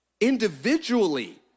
individually